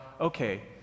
okay